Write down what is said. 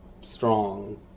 strong